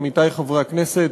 עמיתי חברי הכנסת,